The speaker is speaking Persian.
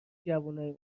جوونای